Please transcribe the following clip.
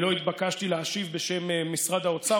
לא התבקשתי להשיב בשם משרד האוצר,